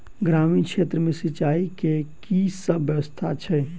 ग्रामीण क्षेत्र मे सिंचाई केँ की सब व्यवस्था छै?